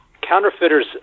counterfeiters